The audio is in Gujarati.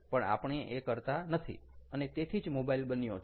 પણ આપણે એ કરતા નથી અને તેથી જ મોબાઈલ બન્યો છે